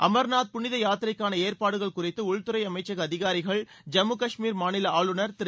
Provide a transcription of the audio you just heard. அமர்நாத் புனித யாத்திரைக்கான ஏற்பாடுகள் குறித்து உள்துறை அமைச்சக அதிகாரிகள் ஜம்மு கஷ்மீர் மாநில ஆளுநர் திரு